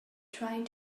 trying